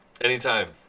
Anytime